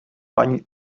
ani